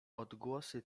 odgłosy